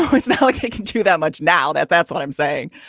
so it's not like they can do that much. now that. that's what i'm saying.